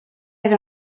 era